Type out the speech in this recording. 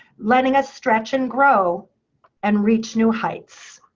letting us stretch and grow and reach new heights.